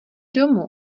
domů